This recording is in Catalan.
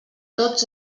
tots